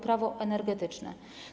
Prawo energetyczne.